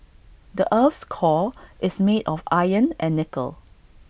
the Earth's core is made of iron and nickel